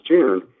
June